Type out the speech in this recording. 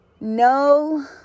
no